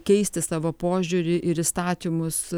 keisti savo požiūrį ir įstatymus